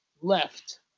left